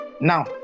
now